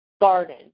garden